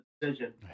decision